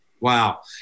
Wow